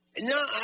No